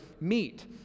meet